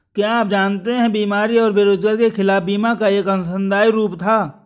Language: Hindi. क्या आप जानते है बीमारी और बेरोजगारी के खिलाफ बीमा का एक अंशदायी रूप था?